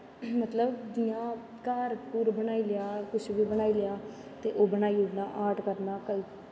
मतलव जियां घर घुर बनाई लेआ कुश बी बनाई लेआ ते ओह् बनाई ओड़नां आर्ट करनां